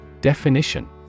definition